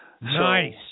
Nice